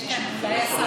יש כאן, אולי השר